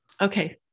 Okay